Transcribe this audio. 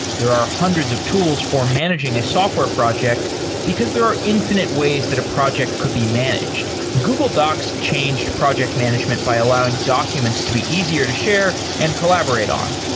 there are hundreds of tools for managing a software project because there are infinite ways that a project could be managed. google docs change project management by allowing documents to be easier to share and collaborate on.